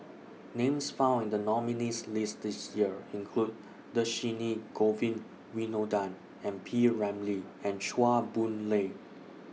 Names found in The nominees' list This Year include Dhershini Govin Winodan and P Ramlee and Chua Boon Lay